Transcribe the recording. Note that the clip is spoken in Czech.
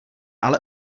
ale